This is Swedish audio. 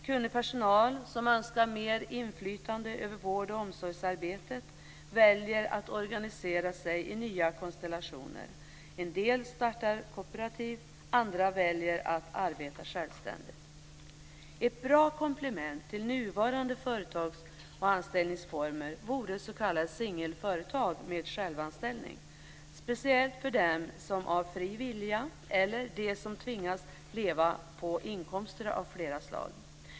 Kunnig personal som önskar mer inflytande över vård och omsorgsarbetet väljer att organisera sig i nya konstellationer. En del startar kooperativ, andra väljer att arbeta självständigt. Ett bra komplement till nuvarande företags och anställningsformer vore s.k. singelföretag med självanställning. Det gäller speciellt för dem som av fri vilja eller tvång lever på inkomster av flera slag.